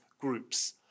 groups